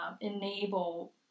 enable